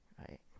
right